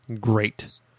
Great